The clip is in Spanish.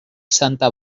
santa